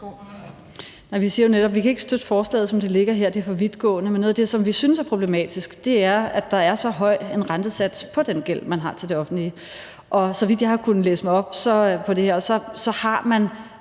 vi ikke kan støtte forslaget, som det ligger her, da det er for vidtgående. Men noget af det, som vi synes er problematisk, er, at der er en så høj rentesats på den gæld, man har til det offentlige. Så vidt jeg har kunnet læse op på det her, har man